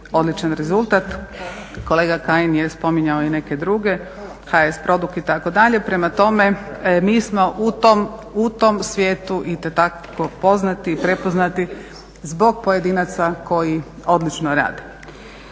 odličan rezultat. Kolega Kajin je spominjao i neke druge, HS produkt itd. Prema tome, mi smo u tom svijetu itekako poznati i prepoznati zbog pojedinaca koji odlično rade.